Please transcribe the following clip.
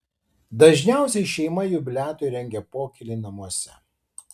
dažniausiai šeima jubiliatui rengia pokylį namuose